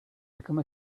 become